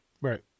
Right